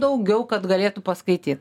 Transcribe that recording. daugiau kad galėtų paskaityt